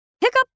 Hiccup